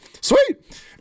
Sweet